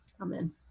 amen